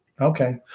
okay